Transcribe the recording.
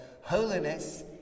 Holiness